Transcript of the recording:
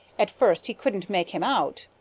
at first he couldn't make him out.